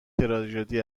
تراژدی